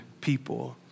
people